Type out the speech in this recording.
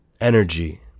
energy